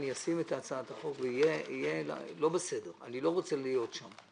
אני אשים את הצעת החוק למרות שאני לא רוצה להיות שם.